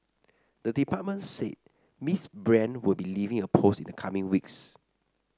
the department said Miss Brand will be leaving her post in the coming weeks